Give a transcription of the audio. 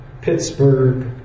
Pittsburgh